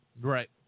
Right